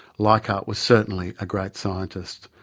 leichhardt was certainly a great scientist.